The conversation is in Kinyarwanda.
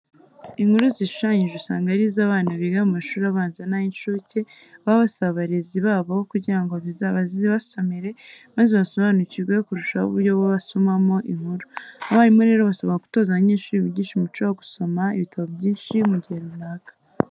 Inkuru zishushanyije usanga ari zo abana biga mu mashuri abanza n'ay'incuke baba basaba abarezi babo kugira ngo bazibasomere maze basobanukirwe kurushaho uburyo basomamo inkuru. Abarimu rero basabwa gutoza abanyeshuri bigisha umuco wo gusoma ibitabo byinshi mu gihe runaka.